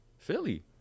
Philly